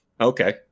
okay